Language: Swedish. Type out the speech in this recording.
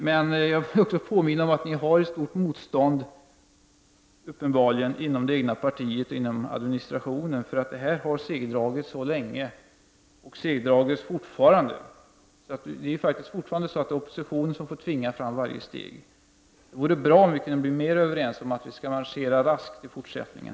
Men jag vill också påminna om att ni uppenbarligen har ett stort motstånd inom det egna partiet och inom administrationen, för detta har segdragits så länge. Det segdras fortfarande. Det är fortfarande oppositionen som får tvinga fram varje steg. Det vore bra om vi kunde bli mer överens om att marschera raskt i fortsättningen.